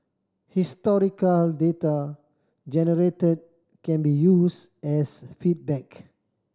historical data generated can be used as feedback